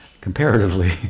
comparatively